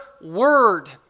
word